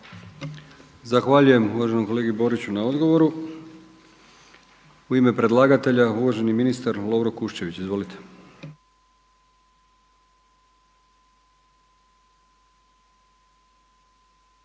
Zahvaljujem uvaženom kolegi Boriću na odgovoru. U ime predlagatelja uvaženi ministar Lovro Kuščević, izvolite.